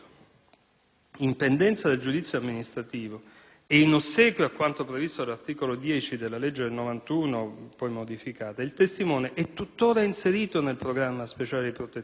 in pendenza del giudizio amministrativo e in ossequio a quanto previsto dall'articolo 10 della legge del 1991, così come modificata, il testimone è tuttora inserito nel programma speciale di protezione